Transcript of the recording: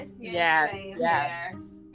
Yes